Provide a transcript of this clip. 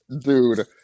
dude